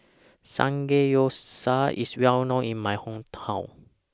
Samgeyopsal IS Well known in My Hometown